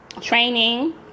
training